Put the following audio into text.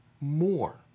more